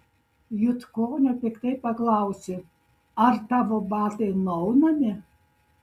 jutkonio piktai paklausė ar tavo batai nuaunami